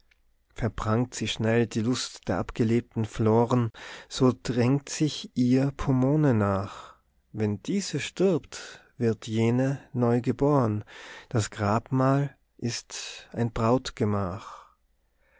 sei verprangt sich schnell die lust der abgelebten floren so drängst sich ihr pomone nach wenn diese stirbt wird jene neu geboren das grabmal ist ein